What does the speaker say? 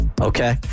Okay